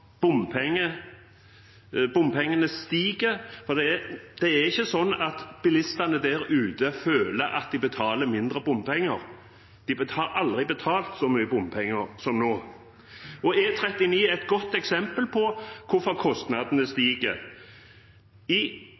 bompengene øker, for det er ikke sånn at bilistene der ute føler at de betaler mindre bompenger. De har aldri betalt så mye bompenger som nå, og E39 er et godt eksempel på hvorfor kostnadene stiger. I